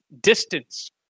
distance